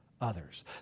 others